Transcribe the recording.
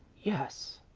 yes,